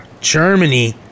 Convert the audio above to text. Germany